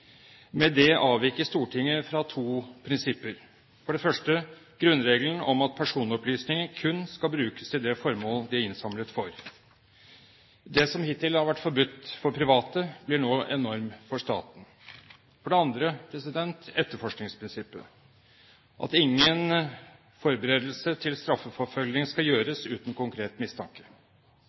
Med det avviker Stortinget fra to prinsipper, for det første grunnregelen om at personopplysninger kun skal brukes til det formålet de er innsamlet for. Det som hittil har vært forbudt for private, blir nå en norm for staten. For det andre etterforskningsprinsippet: at ingen forberedelse til straffeforfølging skal gjøres uten konkret mistanke.